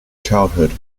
childhood